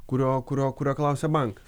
kurio kurio kurio klausia bankas